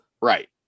Right